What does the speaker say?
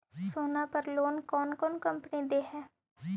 सोना पर लोन कौन कौन कंपनी दे है?